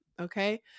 Okay